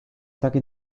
dakit